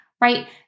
right